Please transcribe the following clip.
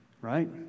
right